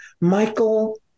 Michael